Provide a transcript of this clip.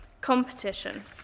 competition